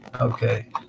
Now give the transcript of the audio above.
Okay